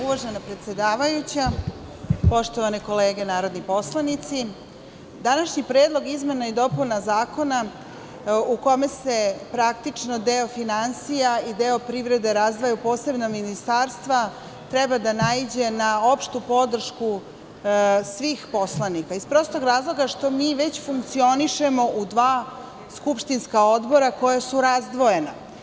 Uvažena predsedavajuća, poštovane kolege narodni poslanici, današnji predlog izmene i dopuna Zakona u kome se praktično deo finansija i deo privrede razdvaja u posebna ministarstva treba da naiđe na opštu podršku svih poslanika iz prostog razloga što mi već funkcionišemo u dva skupštinska odbora koja su razdvojena.